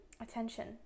attention